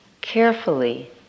carefully